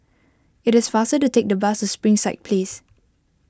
it is faster to take the bus to Springside Place